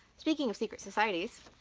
speaking of secret societies,